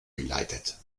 geleitet